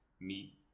meat